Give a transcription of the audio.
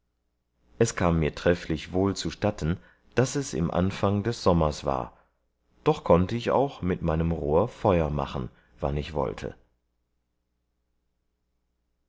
es kam mir trefflich wohl zustatten daß es im anfang des sommers war doch konnte ich auch mit meinem rohr feur machen wann ich wollte